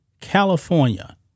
California